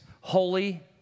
holy